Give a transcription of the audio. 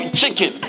chicken